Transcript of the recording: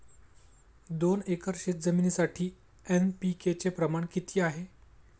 दोन एकर शेतजमिनीसाठी एन.पी.के चे प्रमाण किती आहे?